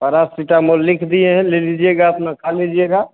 paracetamol लिख दिए हैं ले लीजिएगा अपना खा लीजिएगा